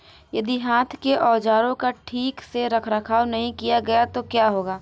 यदि हाथ के औजारों का ठीक से रखरखाव नहीं किया गया तो क्या होगा?